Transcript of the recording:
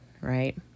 right